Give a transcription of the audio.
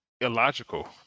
illogical